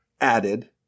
Added